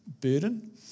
burden